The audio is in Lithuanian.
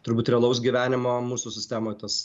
turbūt realaus gyvenimo mūsų sistemoj tas